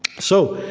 so